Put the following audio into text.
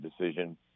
decision